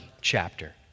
chapter